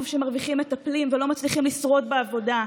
שמרוויחים מטפלים ולא מצליחים לשרוד בעבודה,